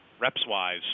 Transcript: reps-wise